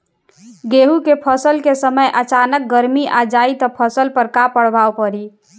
गेहुँ के फसल के समय अचानक गर्मी आ जाई त फसल पर का प्रभाव पड़ी?